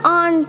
on